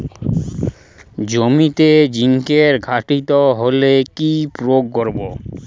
জমিতে জিঙ্কের ঘাটতি হলে কি প্রয়োগ করব?